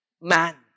man